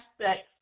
aspects